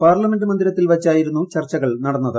parliament മന്ദിരത്തിൽ വച്ചായിരുന്നു ചർച്ചകൾ നടന്നത്